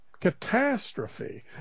catastrophe